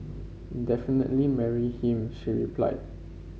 definitely marry him she replied